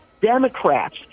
Democrats